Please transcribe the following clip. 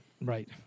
Right